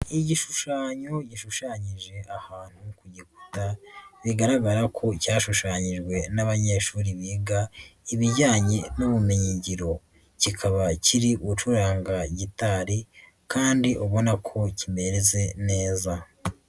Ogishushanyo gishushanyije ahantu ku gikuta bigaragara ko cyashushanyijwe n'abanyeshuri biga ibijyanye n'ubumenyi ngiro kikaba kiri gucuranga gitari kandi ubona ko kimezeze neza.